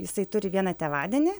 jisai turi vieną tėvadienį